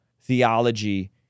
theology